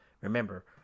Remember